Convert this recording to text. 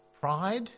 pride